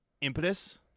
impetus